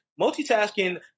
multitasking